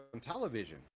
television